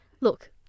look